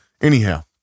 Anyhow